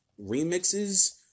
remixes